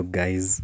guys